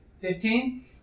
Fifteen